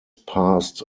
passed